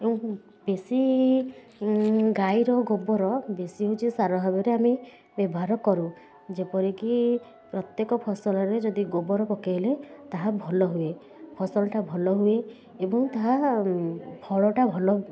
ଏବଂ ବେଶୀ ଗାଈର ଗୋବର ବେଶୀ ହେଉଛି ସାର ଭାବରେ ଆମେ ବ୍ୟବହାର କରୁ ଯେପରିକି ପ୍ରତ୍ୟେକ ଫସଲରେ ଯଦି ଗୋବର ପକେଇଲେ ତାହା ଭଲ ହୁଏ ଫସଲଟା ଭଲ ହୁଏ ଏବଂ ତାହା ଫଳଟା ଭଲ